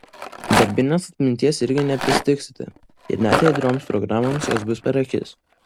darbinės atminties irgi nepristigsite ir net ėdrioms programoms jos bus per akis